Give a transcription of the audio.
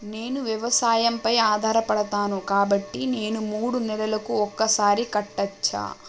నేను వ్యవసాయం పై ఆధారపడతాను కాబట్టి నేను మూడు నెలలకు ఒక్కసారి కట్టచ్చా?